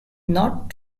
not